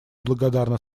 благодарна